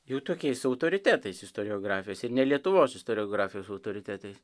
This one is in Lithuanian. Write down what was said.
jau tokiais autoritetais istoriografijos ir ne lietuvos istoriografijos autoritetais